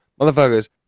motherfuckers